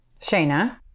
Shayna